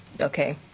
okay